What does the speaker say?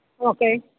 okay